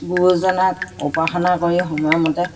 গুৰুজনাক উপাসনা কৰি সময়মতে